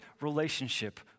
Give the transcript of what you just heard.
relationship